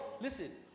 Listen